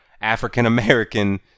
African-American